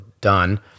done